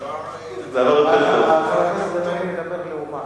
חבר הכנסת בן-ארי מדבר לאומה.